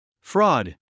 fraud